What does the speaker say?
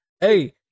hey